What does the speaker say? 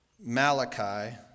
Malachi